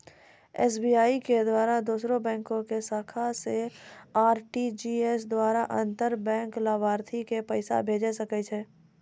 SBI के द्वारा दोसरो बैंको के शाखा से आर.टी.जी.एस द्वारा अंतर बैंक लाभार्थी के पैसा भेजै सकै छै